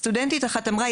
סטודנטית אחת אמרה,